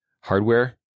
hardware